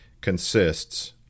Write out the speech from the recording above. consists